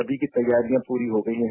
सभी की तैयारियां पूरी हो गई है